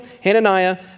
Hananiah